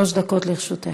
שלוש דקות לרשותך.